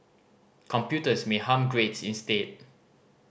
computers may harm grades instead